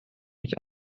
mich